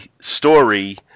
story